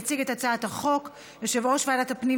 ונכנסת לספר החוקים של מדינת ישראל.